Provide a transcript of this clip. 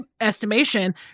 estimation